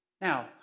Now